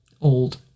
old